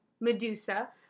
Medusa